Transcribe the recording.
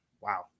Wow